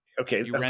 Okay